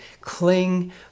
cling